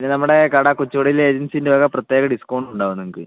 പിന്നെ നമ്മുടെ കട കൊച്ചുപള്ളിയിലെ ഏജൻസീൻ്റെ വക പ്രത്യേക ഡിസ്ക്കൗണ്ട് ഉണ്ടാകും നിങ്ങൾക്ക്